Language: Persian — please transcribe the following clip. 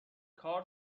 کار